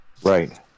Right